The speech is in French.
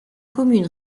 commune